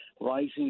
rising